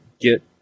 get